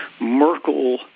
Merkel